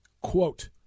Quote